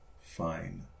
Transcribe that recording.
fine